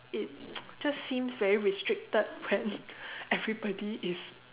it just seems very restricted when everybody is